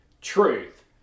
truth